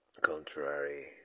Contrary